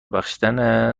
بخشیدن